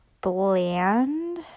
bland